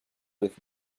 with